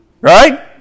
Right